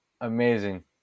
amazing